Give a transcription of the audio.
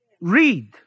read